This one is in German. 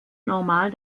normal